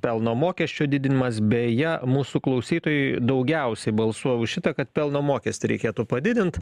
pelno mokesčio didinimas beje mūsų klausytojai daugiausiai balsuoja už šitą kad pelno mokestį reikėtų padidint